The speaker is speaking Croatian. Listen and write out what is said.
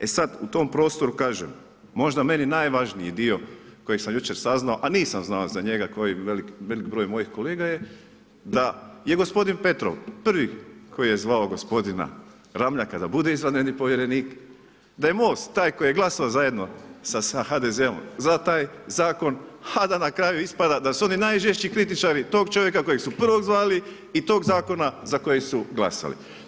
E sad, u tom prostoru kažem, možda meni najvažniji dio, koji sam jučer saznao, a nisam znao za njega, ko i veliki broj mojih kolega je da, je gospodin Petrov prvi koji je zvao gospodina Ramljaka da bude izvanredni povjerenik, da je Most taj koji je glasova zajedno sa HDZ-om za taj zakon, a da na kraju ispada da su oni najžešći kritičari tog čovjeka kojeg su prvog zvali i tog zakona za koji su glasali.